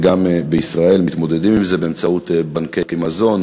וגם בישראל מתמודדים עמה באמצעות בנקי מזון,